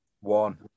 One